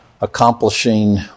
accomplishing